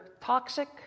toxic